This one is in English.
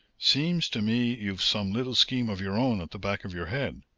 seems to me you've some little scheme of your own at the back of your head.